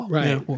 Right